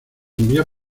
envía